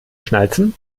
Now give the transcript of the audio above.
schnalzen